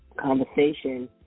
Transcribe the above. conversation